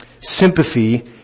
sympathy